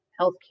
healthcare